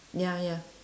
ya ya